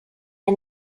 der